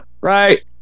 right